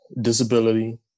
disability